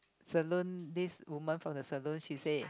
saloon this woman from the saloon she say